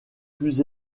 plus